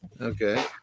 Okay